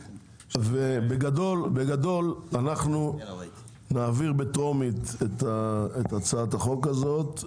אנחנו נעביר בטרומית את הצעת החוק הזאת.